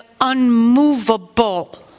unmovable